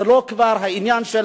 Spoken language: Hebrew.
זה כבר לא העניין של,